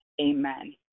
amen